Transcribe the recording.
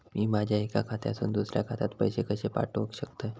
मी माझ्या एक्या खात्यासून दुसऱ्या खात्यात पैसे कशे पाठउक शकतय?